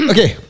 Okay